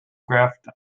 grafton